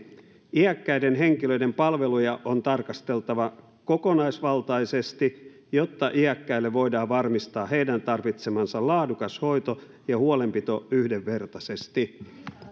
iäkkäiden henkilöiden palveluja on tarkasteltava kokonaisvaltaisesti jotta iäkkäille voidaan varmistaa heidän tarvitsemansa laadukas hoito ja huolenpito yhdenvertaisesti